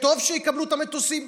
טוב שיקבלו את המטוסים.